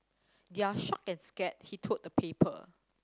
they're shocked and scared he told the paper